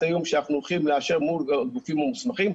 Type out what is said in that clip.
האיום שאנחנו הולכים לאשר מול הגופים המוסמכים.